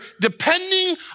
depending